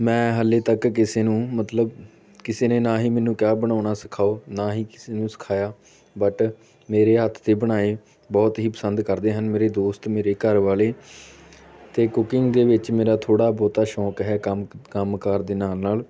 ਮੈਂ ਹਾਲੇ ਤੱਕ ਕਿਸੇ ਨੂੰ ਮਤਲਬ ਕਿਸੇ ਨੇ ਨਾ ਹੀ ਮੈਨੂੰ ਕਿਹਾ ਬਣਾਉਣਾ ਸਿਖਾਓ ਨਾ ਹੀ ਕਿਸੇ ਨੂੰ ਸਿਖਾਇਆ ਬਟ ਮੇਰੇ ਹੱਥ ਦੇ ਬਣਾਏ ਬਹੁਤ ਹੀ ਪਸੰਦ ਕਰਦੇ ਹਨ ਮੇਰੇ ਦੋਸਤ ਮੇਰੇ ਘਰ ਵਾਲੇ ਅਤੇ ਕੁਕਿੰਗ ਦੇ ਵਿੱਚ ਮੇਰਾ ਥੋੜ੍ਹਾ ਬਹੁਤਾ ਸ਼ੌਕ ਹੈ ਕੰਮ ਕੰਮ ਕਾਰ ਦੇ ਨਾਲ ਨਾਲ